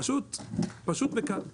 פשוט וקל.